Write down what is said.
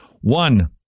One